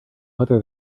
whether